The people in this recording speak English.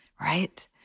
right